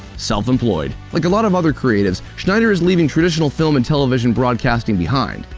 self-employed like a lot of other creatives, schneider is leaving traditional film and television broadcasting behind.